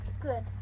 Good